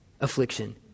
Affliction